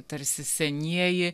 tarsi senieji